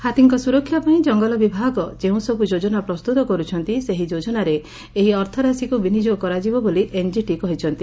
ହାତୀଙ୍କ ସୁରକ୍ଷାପାଇଁ ଜଙ୍ଗଲ ବିଭାଗ ଯେଉଁସବୁ ଯୋଜନା ପ୍ରସ୍ତୁତ କରୁଛନ୍ତି ସେହି ଯୋଜନାରେ ଏହି ଅର୍ଥରାଶିକୁ ବିନିଯୋଗ କରାଯିବ ବୋଲି ଏନ୍ଜିଟି କହିଛନ୍ତି